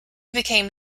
became